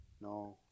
No